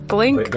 Blink